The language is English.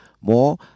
more